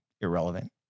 irrelevant